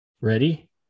Ready